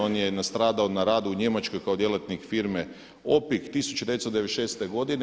On je nastradao na radu u njemačkoj kao djelatnik firme Opig 1996. godine.